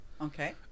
Okay